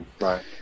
Right